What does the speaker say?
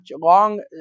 long